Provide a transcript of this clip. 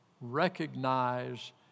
Recognize